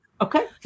okay